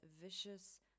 vicious